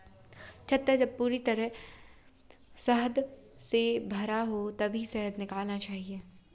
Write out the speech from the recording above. छत्ता जब पूरी तरह शहद से भरा हो तभी शहद निकालना चाहिए